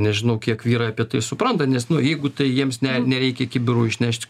nežinau kiek vyrai apie tai supranta nes nu jeigu tai jiems ne nereikia kibirų išnešt